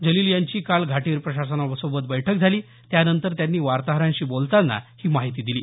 जलिल यांची काल घाटी प्रशासनासोबत बैठक झाली त्यानंतर त्यांनी वार्ताहरांशी बोलताना ही माहिती दिली